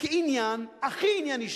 באופן הכי ענייני.